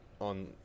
on